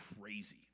crazy